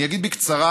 אני אגיד בקצרה,